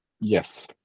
yes